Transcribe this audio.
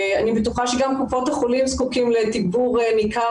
אני בטוחה שגם קופות החולים זקוקות לתגבור ניכר